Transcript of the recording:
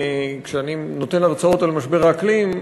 כשאני נותן הרצאות על משבר האקלים,